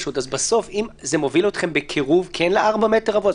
בסוף זה מוביל אתכם בקירוב ל-4 מטר רבוע?